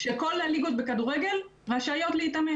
אבל כל עוד נזניח, פשוט נפקיר, את החלק העליון